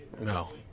No